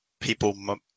people